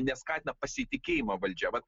neskatina pasitikėjimo valdžia vat